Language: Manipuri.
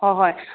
ꯍꯣ ꯍꯣꯏ